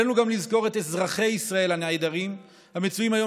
עלינו גם לזכור את אזרחי ישראל הנעדרים המצויים היום